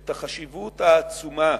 את החשיבות העצומה